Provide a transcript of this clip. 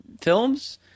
films